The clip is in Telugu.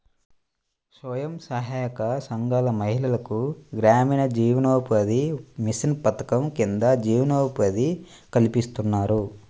స్వయం సహాయక సంఘాల మహిళలకు గ్రామీణ జీవనోపాధి మిషన్ పథకం కింద జీవనోపాధి కల్పిస్తున్నారు